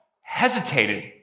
hesitated